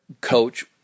coach